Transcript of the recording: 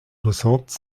soixante